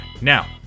Now